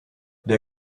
der